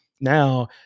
now